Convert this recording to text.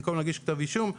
במקום להגיש כתב אישום,